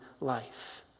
life